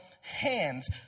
hands